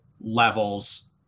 levels